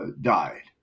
died